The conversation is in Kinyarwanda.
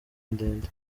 ndende